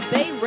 Bay